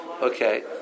okay